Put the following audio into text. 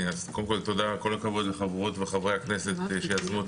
כל הכבוד לחברות וחברי הכנסת שיזמו את